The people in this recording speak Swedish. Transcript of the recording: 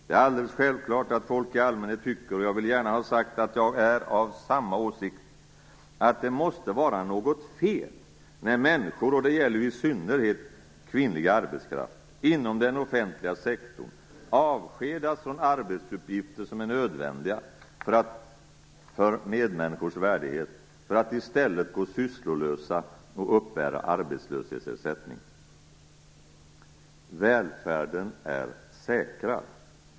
Det är alldeles självklart att folk i allmänhet tycker, och jag vill gärna ha sagt att jag är av samma åsikt, att det måste vara något fel när människor - och det gäller ju i synnerhet kvinnlig arbetskraft - inom den offentliga sektorn avskedas från arbetsuppgifter som är nödvändiga för medmänniskors värdighet, för att i stället gå sysslolösa och uppbära arbetslöshetsersättning. Välfärden är säkrad.